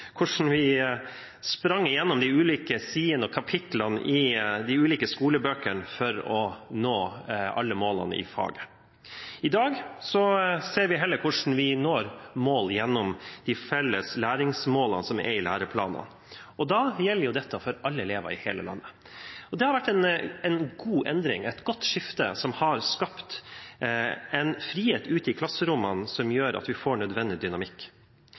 hvordan vi sprang gjennom de ulike sidene og kapitlene i de ulike skolebøkene for å nå alle målene i faget. I dag ser vi heller hvordan vi når mål gjennom de felles læringsmålene som er i læreplanene, og da gjelder dette for alle elever i hele landet. Det har vært en god endring, et godt skifte, som har skapt en frihet ute i klasserommene som gjør at vi får nødvendig dynamikk.